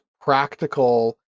practical